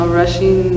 rushing